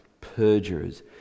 perjurers